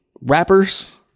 rappers